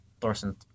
Thorson